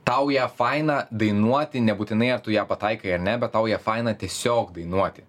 tau ją faina dainuoti nebūtinai ar tu ją pataikai ar ne bet nauja faina tiesiog dainuoti